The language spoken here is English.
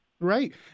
Right